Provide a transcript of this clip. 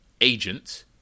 agent